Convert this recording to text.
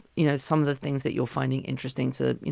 you know, some of the things that you're finding interesting to, you